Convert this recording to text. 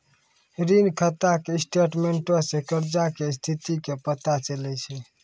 ऋण खाता के स्टेटमेंटो से कर्जा के स्थिति के पता चलै छै